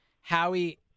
Howie